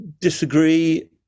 disagree